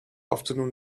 afternoon